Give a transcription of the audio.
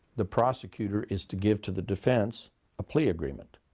the prosecutor is to give to the defense a plea agreement.